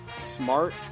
smart